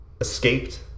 escaped